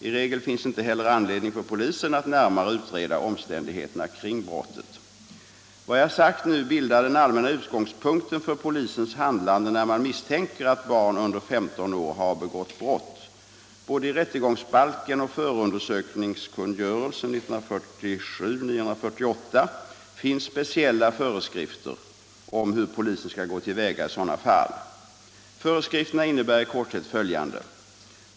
I regel finns inte heller anledning för polisen att närmare utreda omständigheterna kring brottet. Vad jag sagt nu bildar den allmänna utgångspunkten för polisens handlande när man misstänker att barn under 15 år har begått brott. Både i rättegångsbalken och förundersökningskungörelsen finns speciella föreskrifter om hur polisen skall gå till väga i sådana fall. Föreskrifterna innebär i korthet följande.